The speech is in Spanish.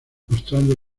mostrando